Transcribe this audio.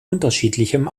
unterschiedlichem